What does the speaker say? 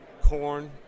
corn